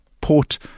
port